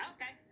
Okay